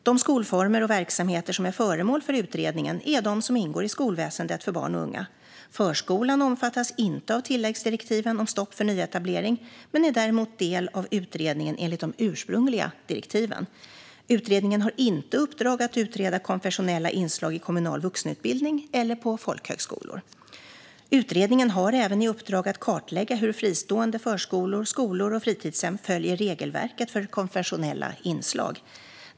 De skolformer och verksamheter som är föremål för utredningen är de som ingår i skolväsendet för barn och unga. Förskolan omfattas inte av tilläggsdirektiven om stopp för nyetablering men är däremot del av utredningen enligt de ursprungliga direktiven. Utredningen har inte i uppdrag att utreda konfessionella inslag i kommunal vuxenutbildning eller på folkhögskolor. Utredningen har även i uppdrag att kartlägga hur fristående förskolor, skolor och fritidshem följer regelverket för konfessionella inslag.